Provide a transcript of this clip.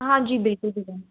हाँ जी बिल्कुल दे दें